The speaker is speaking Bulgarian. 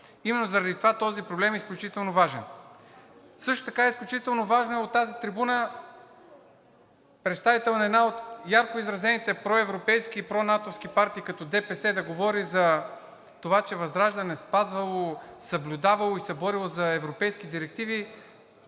именно заради това този проблем е изключително важен. Също така е изключително важно от тази трибуна представител на една от ярко изразените проевропейски и пронатовски партии, като ДПС, да говори за това, че ВЪЗРАЖДАНЕ спазвало, съблюдавало и се борило за европейски директиви.